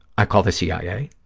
i call the cia.